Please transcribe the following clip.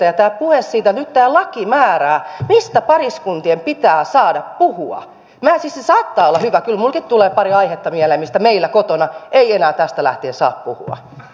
ja tämä puhe siitä että nyt tämä laki määrää mistä pariskuntien pitää saada puhua se saattaa olla hyvä kyllä minullakin tulee pari aihetta mieleen mistä meillä kotona ei enää tästä lähtien saa puhua